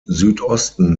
südosten